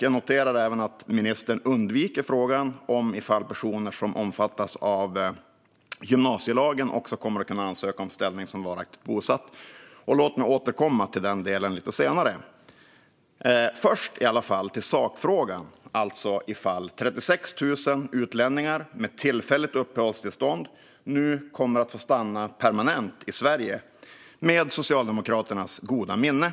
Jag noterar också att ministern undviker frågan om huruvida personer som omfattas av gymnasielagen kommer att kunna ansöka om ställning som varaktigt bosatta. Låt mig återkomma till denna del lite senare. Först vill jag ta upp sakfrågan som handlade om huruvida 36 000 utlänningar med tillfälligt uppehållstillstånd nu kommer att få stanna permanent i Sverige, med Socialdemokraternas goda minne.